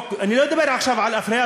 אני לא מדבר עכשיו על אפליה,